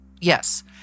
Yes